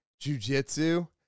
jujitsu